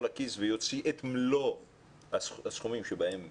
לכיס ויוציא את מלוא הסכמים בהם מדובר.